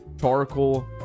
charcoal